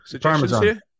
Parmesan